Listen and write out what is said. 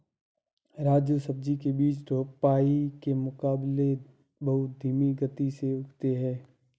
राजू सब्जी के बीज रोपाई के मुकाबले बहुत धीमी गति से उगते हैं